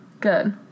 Good